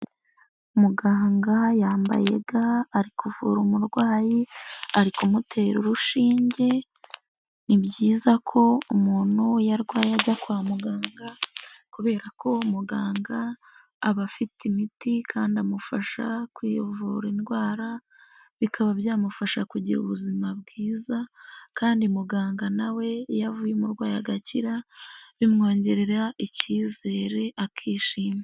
Muganga yambaye ga ari kuvura umurwayi, ari kumutera urushinge; ni byiza ko umuntu iyo arwaye ajya kwa muganga, kubera ko muganga aba afite imiti kandi amufasha kwivura indwara, bikaba byamufasha kugira ubuzima bwiza kandi muganga na we iyo avuye umurwayi agakira, bimwongerera icyizere akishima.